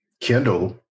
Kendall